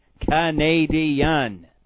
Canadian